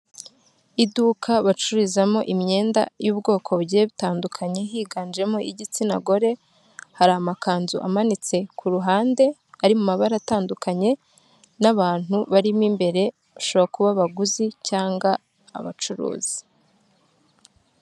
Iduka bacururizamo imyenda y'ubwoko bu butandukanye higanjemo igitsina gore, hari amakanzu amanitse ku ruhande ari mu mabara atandukanye, n'abantu barimo imbere bashobora kuba abaguzi cyangwa abacuruzi.